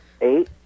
Eight